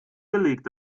belegt